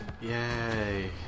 Yay